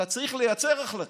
אתה צריך לייצר החלטה.